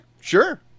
sure